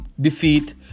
defeat